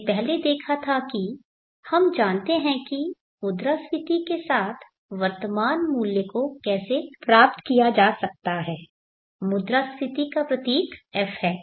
हमने पहले देखा था कि हम जानते हैं कि मुद्रास्फीति के साथ वर्तमान मूल्य को कैसे प्राप्त किया जा सकता है मुद्रास्फीति का प्रतीक f है